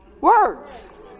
Words